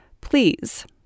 Please